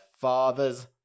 father's